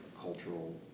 cultural